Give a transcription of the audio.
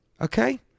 Okay